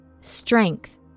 strength